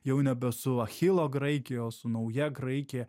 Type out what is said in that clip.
jau nebe su achilo graikija o su nauja graikija